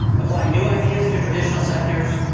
applying new ideas to traditional sectors,